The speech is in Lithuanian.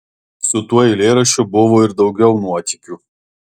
su tuo eilėraščiu buvo ir daugiau nuotykių